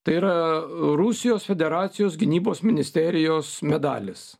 tai yra rusijos federacijos gynybos ministerijos medalis